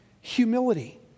humility